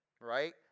right